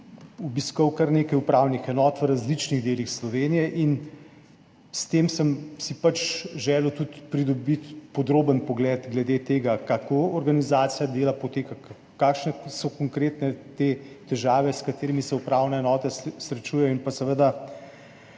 obiskal kar nekaj upravnih enot na različnih delih Slovenije. S tem sem si pač želel tudi pridobiti podroben pogled glede tega, kako organizacija dela poteka, kakšne so konkretno te težave, s katerimi se upravne enote srečujejo, in pa seveda